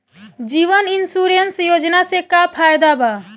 जीवन insurance योजना से का फायदा बा?